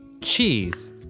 Cheese